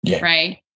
right